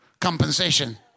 compensation